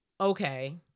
Okay